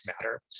matter